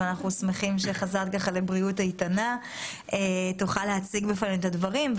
אנחנו שמחים שחזרת לבריאות איתנה - תוכל להציג בפנינו את הדברים,